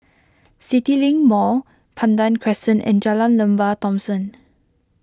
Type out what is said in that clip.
CityLink Mall Pandan Crescent and Jalan Lembah Thomson